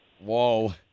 Whoa